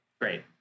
Great